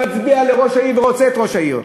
שמצביע לראש העיר ורוצה את ראש העיר.